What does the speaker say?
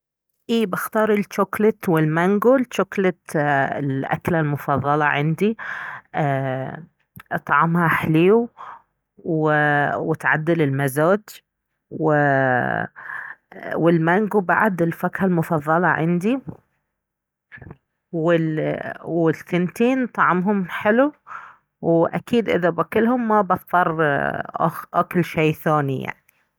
اي بختار الجوكلت والمانجو، الجوكلت اه الأكلة المفضلة عندي ايه طعمها حليو وتعدل المزاج والمانجو بعد الفاكهة المفضلة عندي والثنتين طعمهم حلوواكيد إذا باكلهم ما بضطر اكل شي ثاني يعني